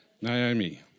Naomi